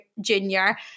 junior